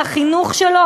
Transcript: על החינוך שלו,